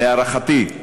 ולהערכתי,